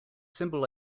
symbol